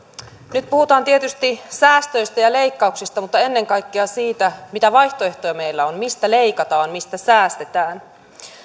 nyt puhutaan tietysti säästöistä ja leikkauksista mutta ennen kaikkea siitä mitä vaihtoehtoja meillä on mistä leikataan mistä säästetään